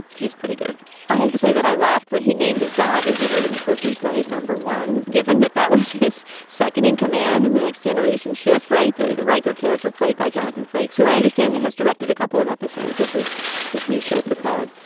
he's pretty good i have to say that i laughed when he named his dog, as we heard in the clip, we played number one. given that that was his second in command and the next generation ship. right. reicher character played by jonathan frakes, who i understand has directed a couple of episodes of this this new show, picard.